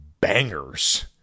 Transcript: bangers